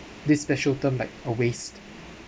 this special term like a waste